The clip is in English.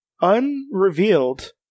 unrevealed